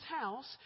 house